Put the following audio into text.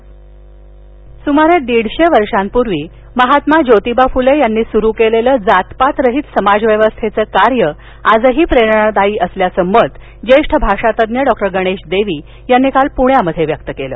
pen परिषद स्मारे दीडशे वर्षापूर्वी महात्मा ज्योतीबा फुले यांनी सुरू केलेल जातपात रहित समाजव्यवस्थेच कार्य आजही प्रेरणादायी असल्याचं मत ज्येष्ठ भाषातज्ज्ञ गणेश देवी यांनी काल पुण्यात व्यक्त केलं